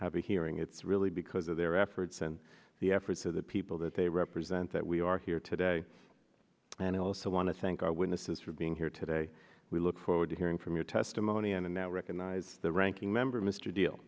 a hearing it's really because of their efforts and the efforts of the people that they represent that we are here today and i also want to thank our witnesses for being here today we look forward to hearing from your testimony and now recognize the ranking member mr deal